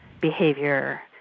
behavior